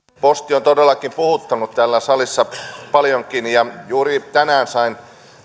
posti on todellakin puhuttanut täällä salissa paljonkin ja juuri tänään sain